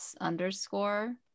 underscore